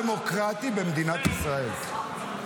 אתה מפריע להליך הדמוקרטי במדינת ישראל.